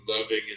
loving